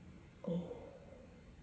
oh